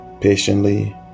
patiently